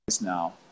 now